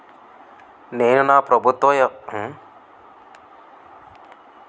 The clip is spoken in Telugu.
నేను నా ప్రభుత్వ యోజన స్కీం కు అప్లై చేయడం ఎలా?